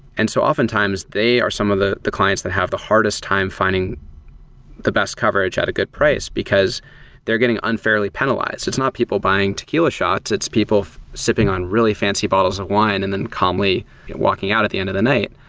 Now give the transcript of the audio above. and so oftentimes they are some of the the clients that have the hardest time finding the best coverage at a good price, because they're getting unfairly penalized. it's not people buying tequila shots. its people sipping on really fancy bottles of wine and then calmly walking out at the end of the night,